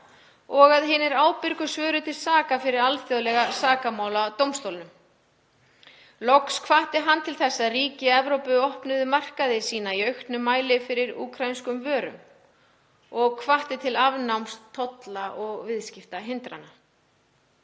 og að hinir ábyrgu svöruðu til saka fyrir Alþjóðlega sakamáladómstólnum. Loks hvatti hann til að ríki Evrópu opnuðu markaði sína í auknum mæli fyrir úkraínskum vörum og hvatti til afnáms tolla- og viðskiptahindrana.